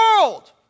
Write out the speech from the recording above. world